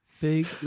Big